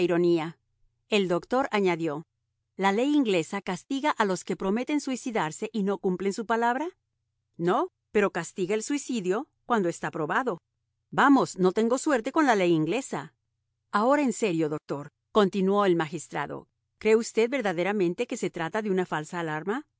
el doctor añadió la ley inglesa castiga a los que prometen suicidarse y no cumplen su palabra no pero castiga el suicidio cuando está probado vamos no tengo suerte con la ley inglesa ahora en serio doctor continuó el magistrado cree usted verdaderamente que se trata de una falsa alarma